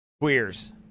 queers